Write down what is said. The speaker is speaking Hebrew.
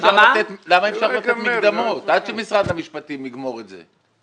למה אי אפשר לתת מקדמות עד שמשרד המשפטים יגמור את זה?